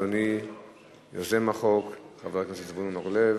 בבקשה, אדוני יוזם החוק, חבר הכנסת זבולון אורלב.